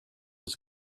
was